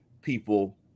people